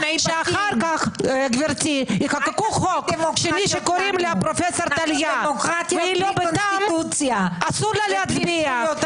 שאחר כך יחוקקו חוק שמי שקוראים לה פרופ' טליה אסור לה להצביע.